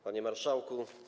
Panie Marszałku!